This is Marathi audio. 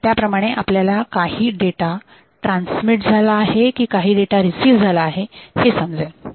त्याप्रमाणे आपल्याला काही डेटा ट्रान्समिट झाला आहे की काही डेटा रिसिव्ह झाला आहे हे समजेल